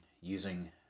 using